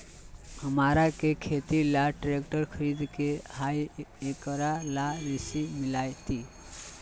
हमरा के खेती ला ट्रैक्टर खरीदे के हई, एकरा ला ऋण मिलतई?